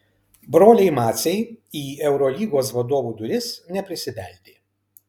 broliai maciai į eurolygos vadovų duris neprisibeldė